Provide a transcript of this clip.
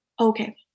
okay